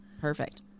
Perfect